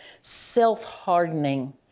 self-hardening